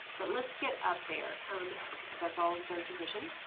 but let's get up there because that's all in third position.